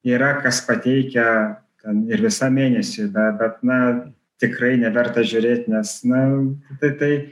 yra kas pateikia ten ir visam mėnesiui be bet na tikrai neverta žiūrėt nes na tai tai